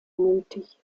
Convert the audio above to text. nötig